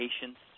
patience